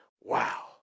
Wow